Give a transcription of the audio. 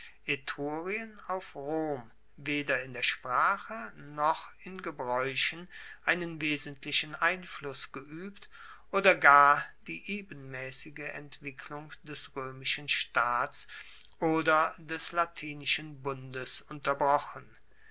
etrurien auf rom weder in der sprache noch in gebraeuchen einen wesentlichen einfluss geuebt oder gar die ebenmaessige entwicklung des roemischen staats oder des latinischen bundes unterbrochen